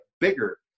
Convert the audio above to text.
bigger